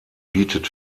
bietet